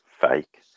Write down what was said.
fake